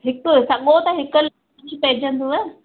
हिकु सॻो त हिकु लॻड़ी पेईजंदव